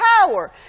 power